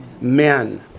men